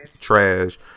trash